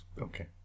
okay